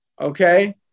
okay